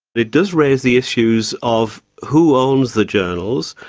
it does raise the issues of who owns the journals,